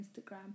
instagram